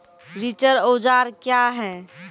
रिचर औजार क्या हैं?